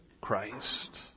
Christ